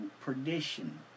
perdition